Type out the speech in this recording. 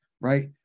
right